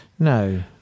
No